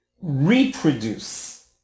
reproduce